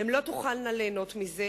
הן לא תוכלנה ליהנות מזה,